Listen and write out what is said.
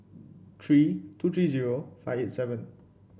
three two three zero five eight seven